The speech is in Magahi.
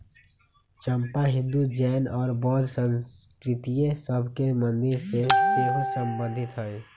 चंपा हिंदू, जैन और बौद्ध संस्कृतिय सभ के मंदिर से सेहो सम्बन्धित हइ